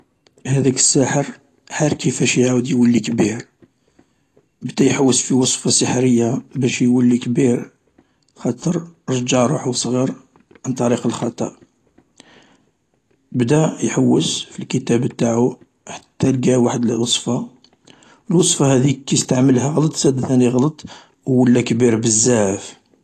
هذاك الساحر حار كفاش يعاود يولي كبير، بدا يحوس على وصفة سحرية باش يولي كبير خاطر رجع روحو صغير عن طريق الخطأ، بدا يحوس في الكتاب انتاعوحتى القا واحد الوصفة، الوصفة هاذيك استعملها زاد ثاني غلط وولا كبير بزاف.